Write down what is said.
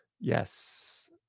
Yes